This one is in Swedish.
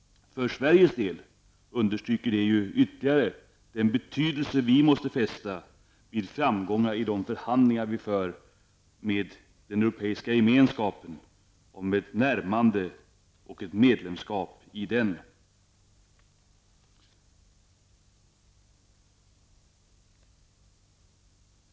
Det understryker ytterligare för Sveriges del den betydelse vi måste fästa vid framgångar i de förhandlingar vi för med den Europeiska gemenskapen om ett närmande till och medlemskap i den.